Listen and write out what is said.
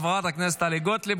תחזיק אותן ועוד תבקש עוד אחר כך.